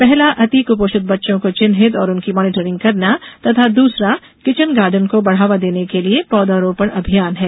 पहला अति कुपोषित बच्चों को चिन्हित और उनकी मॉनिटरिंग करना तथा दूसरा किचन गार्डन को बढ़ावा देने के लिए पौधारोपण अभियान है